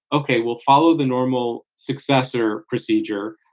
ok, we'll follow the normal successor procedure.